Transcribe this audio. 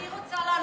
מה זה קשור?